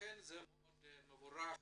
לכן זה מאוד מבורך.